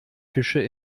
fische